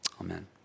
Amen